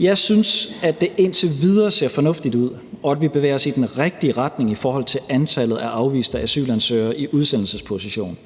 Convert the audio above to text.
Jeg synes, at det indtil videre ser fornuftigt ud, og at vi bevæger os i den rigtige retning i forhold til antallet af afviste asylansøgere i udsendelsesposition.